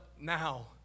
now